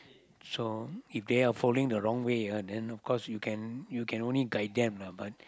so if they are following the wrong way ah then of course you can you can only guide them lah but